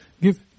give